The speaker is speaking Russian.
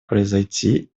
произойти